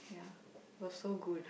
ya was so good